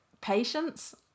patience